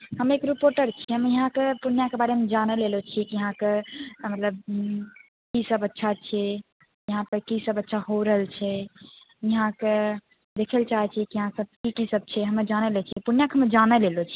हमे एक रिपोर्टर छियै हमे यहाँके पूर्णियाँके बारेमे जानै लै आयलो छियै कि यहाँके हमरा की सब अच्छा छै यहाँ पर की सब अच्छा हो रहल छै यहाँके देखैबला चीज यहाँके की की सब छै हमे जानै नहि छियै पूर्णियाँके हमे जानै लै आयलो छी